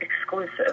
exclusive